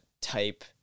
type